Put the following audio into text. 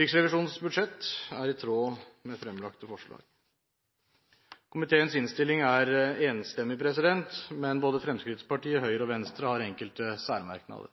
Riksrevisjonens budsjett er i tråd med det fremlagte forslag. Komiteens innstilling er enstemmig, men både Fremskrittspartiet, Høyre og Venstre har enkelte særmerknader.